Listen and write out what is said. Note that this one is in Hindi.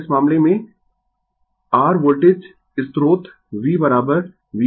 और इस मामले में r वोल्टेज स्रोत V Vm sin ω t